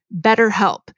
BetterHelp